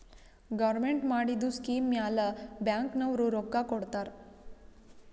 government ಮಾಡಿದು scheme ಮ್ಯಾಲ bank ನವ್ರು ರೊಕ್ಕಾ ಕೊಡ್ತಾರ್